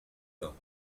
bains